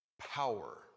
power